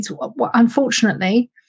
unfortunately